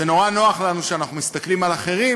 זה נורא נוח לנו שאנחנו מסתכלים על אחרים.